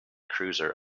cruiser